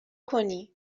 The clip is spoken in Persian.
کنی